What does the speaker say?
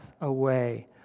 away